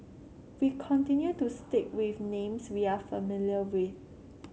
we continue to stick with names we are familiar with